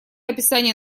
описание